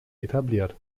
etabliert